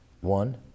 One